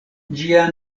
ĝia